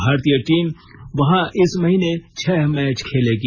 भारतीय टीम वहां इस महीने छह मैच खेलेगी